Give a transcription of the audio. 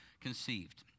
conceived